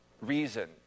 reason